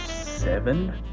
seven